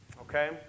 okay